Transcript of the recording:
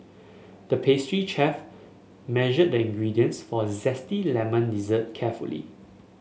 the pastry chef measured the ingredients for a zesty lemon dessert carefully